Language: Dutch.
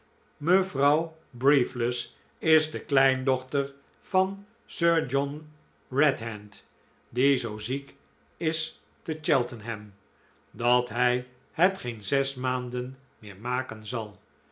mevrouw briefless is de kleindochter van sir john redhand die zoo ziek is te cheltenham dat hij het geen zes maanden meer maken zal